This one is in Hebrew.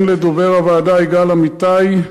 דובר הוועדה יגאל אמיתי,